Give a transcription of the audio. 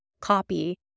copy